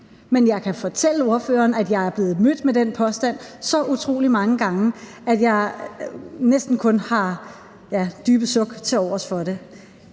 Men jeg kan fortælle ordføreren, at jeg er blevet mødt med den påstand så utrolig mange gange, at jeg næsten kun har, ja, dybe suk tilovers for det.